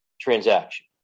transaction